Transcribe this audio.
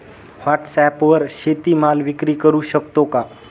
व्हॉटसॲपवर शेती माल विक्री करु शकतो का?